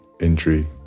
injury